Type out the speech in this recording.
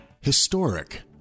historic